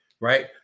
right